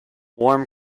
warm